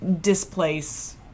Displace